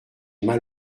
mal